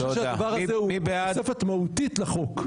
אני חושב שהדבר הזה הוא תוספת מהותית לחוק.